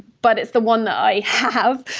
but it's the one that i have,